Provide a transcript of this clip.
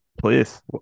Please